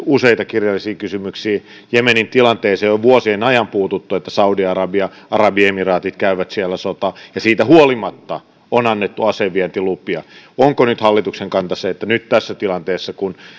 useita kirjallisia kysymyksiä jemenin tilanteeseen on vuosien ajan puututtu että saudi arabia ja arabiemiraatit käyvät siellä sotaa ja siitä huolimatta on annettu asevientilupia onko nyt hallituksen kanta se että nyt tässä tilanteessa kun